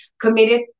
committed